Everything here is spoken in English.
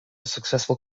successful